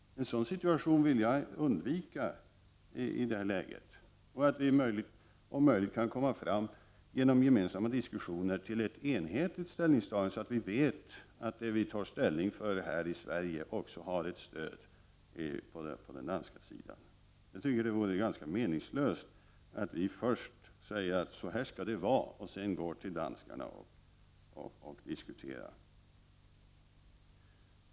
En sådan situation vill jag undvika i detta läge. Jag vill att vi om möjligt kommer fram genom gemensamma diskussioner till ett enhälligt ställningstagande, så vi vet att det vi tar ställning för här i Sverige också har stöd på den danska sidan. Jag tycker det vore ganska meningslöst att först säga: Så här skall det vara, och sedan gå till danskarna och diskutera.